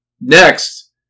next